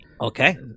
Okay